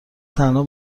تنها